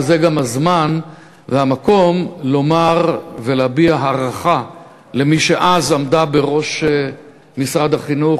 וזה גם הזמן והמקום להביע הערכה למי שאז עמדה בראש משרד החינוך,